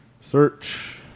Search